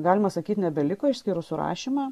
galima sakyt nebeliko išskyrus surašymą